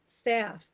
staff